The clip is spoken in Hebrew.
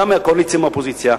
גם מהקואליציה וגם מהאופוזיציה,